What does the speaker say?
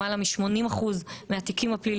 כ/890,